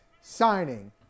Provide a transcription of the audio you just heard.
signing